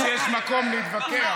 בחוץ יש מקום להתווכח.